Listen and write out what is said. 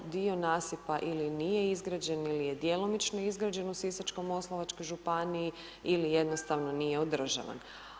Dio nasipa ili nije izgrađen ili je djelomično izgrađen u Sisačko-moslavačkoj županiji ili jednostavno nije održavan.